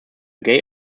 gay